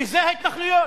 שזה ההתנחלויות.